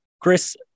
Chris